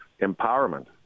empowerment